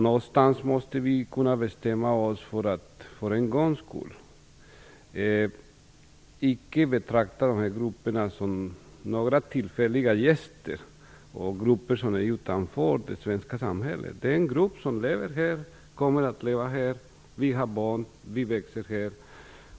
Någonstans måste vi bestämma oss för att för en gångs skull inte betrakta dessa grupper som tillfälliga gäster som är utanför det svenska samhället. Vi är en grupp som lever här och som kommer att leva här. Vi har barn och vi växer här.